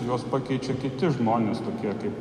juos pakeičia kiti žmonės tokie kaip